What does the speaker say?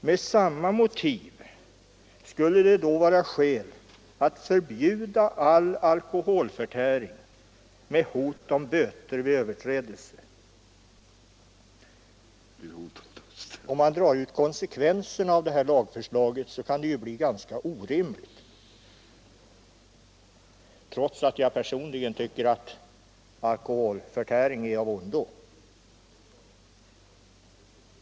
Med samma motiveringar skulle det då vara skäl att förbjuda all alkoholförtäring med hot om böter vid överträdelse. Om man drar ut konsekvenserna av detta lagförslag kan de bli ganska orimliga — trots att jag personligen tycker att alkoholförtäring är av ondo.